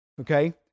Okay